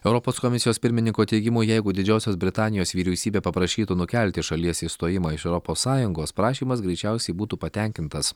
europos komisijos pirmininko teigimu jeigu didžiosios britanijos vyriausybė paprašytų nukelti šalies išstojimą iš europos sąjungos prašymas greičiausiai būtų patenkintas